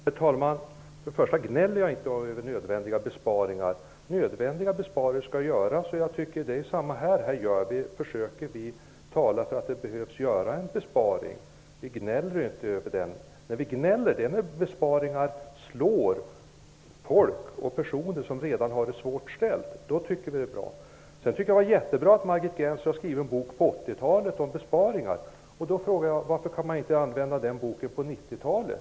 Herr talman! Jag gnäller inte över nödvändiga besparingar -- de skall göras. Vi försöker också tala för att det behöver göras en besparing. Vi gnäller när besparingar slår mot folk som redan har det svårt. Jag tycker att det var jättebra att Margit Gennser på 80-talet skrev en bok om besparingar. Varför kan man inte använda den boken på 90-talet?